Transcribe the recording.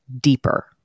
deeper